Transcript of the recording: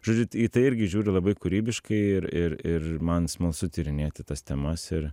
žodžiu į tai irgi žiūriu labai kūrybiškai ir ir ir man smalsu tyrinėti tas temas ir